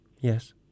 Yes